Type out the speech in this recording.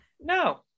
No